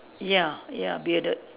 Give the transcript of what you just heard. ya ya bearded